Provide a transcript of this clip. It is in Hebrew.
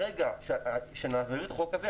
ברגע שמעבירים את החוק הזה,